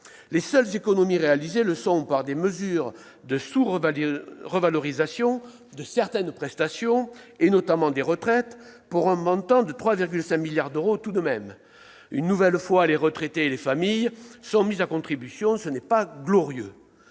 Les seules économies réalisées le sont par des mesures de sous-revalorisation de certaines prestations, notamment des retraites, pour un montant de 3,5 milliards d'euros tout de même. Une nouvelle fois, les retraités et les familles sont mis à contribution. Ce n'est pas glorieux